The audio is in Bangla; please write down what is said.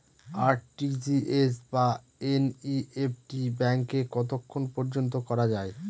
আর.টি.জি.এস বা এন.ই.এফ.টি ব্যাংকে কতক্ষণ পর্যন্ত করা যায়?